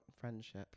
friendship